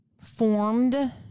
formed